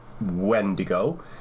Wendigo